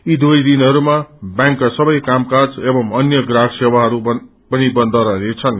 यी दुवै दिनहरूमा व्यांक कासबै कामकाज एवं अन्य प्राहक सेवाहरू पनि बन्द रहनेछन्